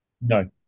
No